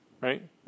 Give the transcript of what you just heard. right